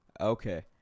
Okay